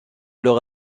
leur